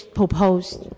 proposed